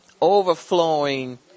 Overflowing